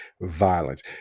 violence